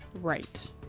Right